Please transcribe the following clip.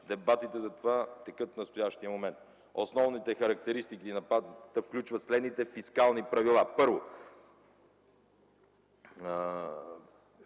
Дебатите за това текат в настоящия момент. Основните характеристики на пакта включват следните фискални правила: Първо,